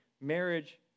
marriage